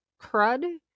crud